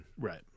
Right